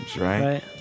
right